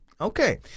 Okay